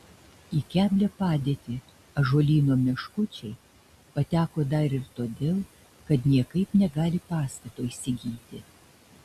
į keblią padėtį ąžuolyno meškučiai pateko dar ir todėl kad niekaip negali pastato įsigyti